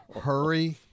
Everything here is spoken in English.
hurry